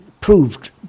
proved